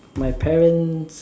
my parents